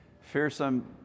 fearsome